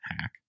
Hack